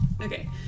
Okay